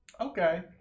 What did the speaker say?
okay